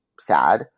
sad